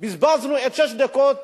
בזבזנו את שש דקות